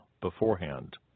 beforehand